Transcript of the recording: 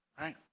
right